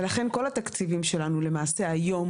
ולכן כל התקציבים שלנו מופנים היום